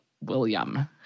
William